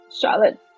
Charlotte